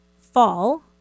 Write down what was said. fall